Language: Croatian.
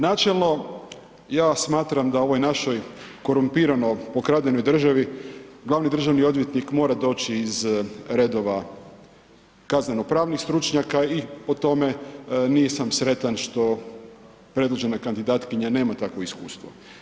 Načelno, ja smatram da ovoj našoj korumpirano pokradenoj državi glavni državni odvjetnik mora doći iz redova kazneno-pravnih stručnjaka i po tome nisam sretan što predložena kandidatkinja nema takvo iskustvo.